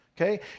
Okay